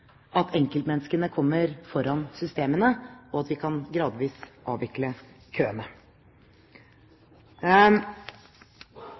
at enkeltmenneskene kommer foran systemene, og at vi gradvis kan avvikle køene.